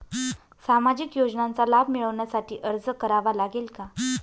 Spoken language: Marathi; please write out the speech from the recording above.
सामाजिक योजनांचा लाभ मिळविण्यासाठी अर्ज करावा लागेल का?